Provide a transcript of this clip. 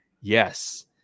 yes